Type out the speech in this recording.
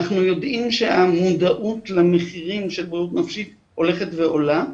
אנחנו יודעים שהמודעות למחירים של בריאות נפשית הולכת ועולה,